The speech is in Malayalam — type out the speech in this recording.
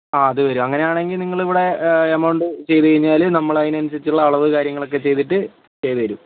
ആ അത് വരും അങ്ങനെയാണെങ്കിൽ നിങ്ങളിവിടെ എമൗണ്ട് ചെയ്തുകഴിഞ്ഞാൽ നമ്മൾ അതിനനുസരിച്ചുള്ള അളവ് കാര്യങ്ങളൊക്കെ ചെയ്തിട്ട് ചെയ്തുതരും